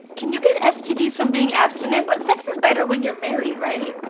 can you get stds from being abstinent? but sex is better when you're married, right?